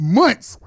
months